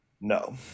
No